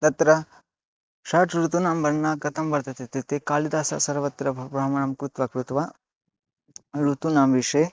तत्र षड्ऋतूनां वर्णनं कृतं वर्तते इत्युक्ते कालिदासः सर्वत्र भ् भ्रमणं कृत्वा कृत्वा ऋतूनां विषये